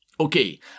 Okay